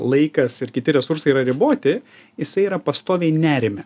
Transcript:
laikas ir kiti resursai yra riboti jisai yra pastoviai nerime